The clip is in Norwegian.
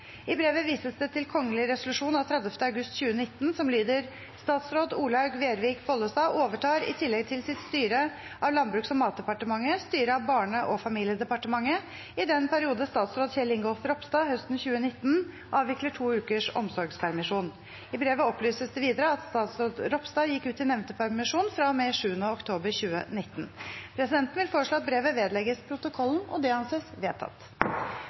I brevet vises til det kgl. resolusjon av 30. august 2019, som lyder: «Statsråd Olaug Vervik Bollestad overtar, i tillegg til sitt styre av Landbruks- og matdepartementet, styret av Barne- og familiedepartementet i den periode statsråd Kjell Ingolf Ropstad høsten 2019 avvikler to ukers omsorgspermisjon.» I brevet opplyses det videre at statsråd Ropstad gikk ut i nevnte permisjon fra og med 7. oktober 2019. Presidenten vil foreslå at brevet vedlegges protokollen. – Det anses vedtatt.